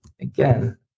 again